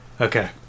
Okay